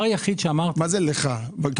מה זה לך?